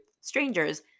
strangers